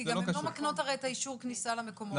כי הרי הן לא מקנות את אישור הכניסה למקומות,